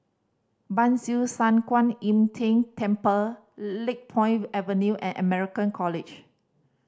Ban Siew San Kuan Im Tng Temple Lakepoint Avenue and American College